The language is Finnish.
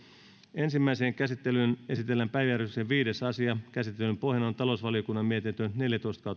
ensimmäiseen käsittelyyn esitellään päiväjärjestyksen viides asia käsittelyn pohjana on talousvaliokunnan mietintö neljätoista